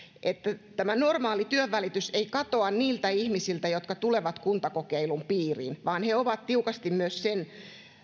tämä normaali työnvälitys ei katoa niiltä ihmisiltä jotka tulevat kuntakokeilun piiriin vaan he ovat tiukasti myös sen